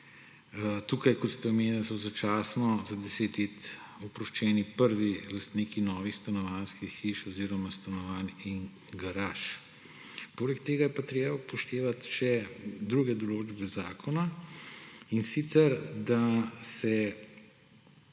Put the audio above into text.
Tukaj, kot ste omenili, so začasno za 10 let oproščeni prvi lastniki novih stanovanjskih hiš oziroma stanovanj in garaž. Poleg tega je pa treba upoštevati še druge določbe zakona, in sicer da se